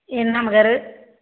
ఏంటి అమ్మగారు